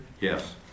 Yes